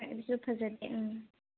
ꯑꯗꯨꯁꯨ ꯐꯖꯗꯦ ꯎꯝ